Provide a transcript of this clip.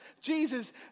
Jesus